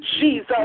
Jesus